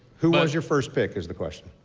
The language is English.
who was your first pick is the question?